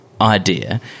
idea